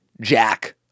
Jack